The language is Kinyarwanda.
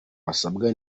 basabwa